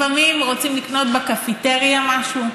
לפעמים רוצים לקנות בקפטריה משהו,